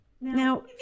now